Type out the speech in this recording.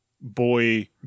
boy